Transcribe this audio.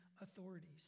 authorities